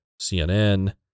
CNN